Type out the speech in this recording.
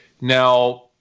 Now